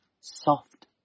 soft